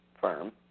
firm